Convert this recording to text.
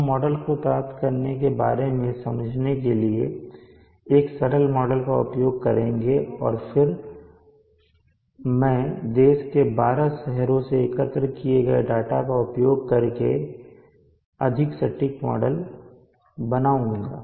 हम मॉडल को प्राप्त करने के बारे में समझने के लिए एक सरल मॉडल का उपयोग करेंगे और फिर मैं देश के 12 शहरों से एकत्र किए गए डाटा का उपयोग करके अधिक सटीक मॉडल दिखाऊंगा